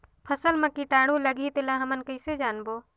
फसल मा कीटाणु लगही तेला हमन कइसे जानबो?